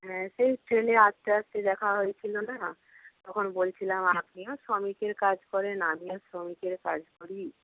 হ্যাঁ সেই ট্রেনে আসতে আসতে দেখা হয়েছিলো না তখন বলছিলাম আপনিও শ্রমিকের কাজ করেন আমিও শ্রমিকের কাজ করি